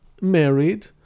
married